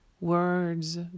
words